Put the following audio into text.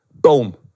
Boom